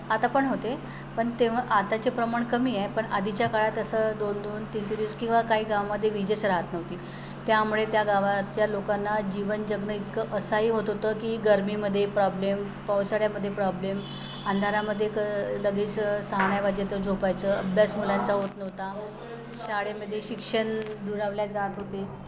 आता पण होते पण तेव्हा आताचे प्रमाण कमी आहे पण आधीच्या काळात असं दोन दोन तीन ते दिवस किंवा काही गावामध्ये विजच राहत नव्हती त्यामुळे त्या गावात त्या लोकांना जीवन जगणं इतकं असह्य होत होतं की गर्मीमध्ये प्रॉब्लेम पावसाळ्यामध्ये प्रॉब्लेम अंधारामध्ये क लगेच सहा नाही वाजत झोपायचं अभ्यास मुलांचा होत नव्हता शाळेमध्ये शिक्षण दुरावल्या जात होते